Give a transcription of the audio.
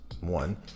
one